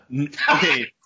Okay